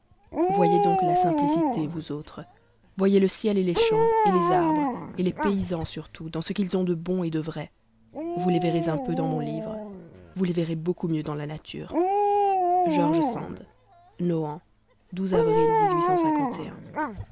voyez donc la simplicité vous autres voyez le ciel et les champs et les arbres et les paysans surtout dans ce qu'ils ont de bon et de vrai vous les verrez un peu dans mon livre vous les verrez beaucoup mieux dans la nature george sand nohant avril